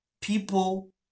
people